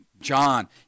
John